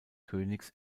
königs